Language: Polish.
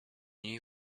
nie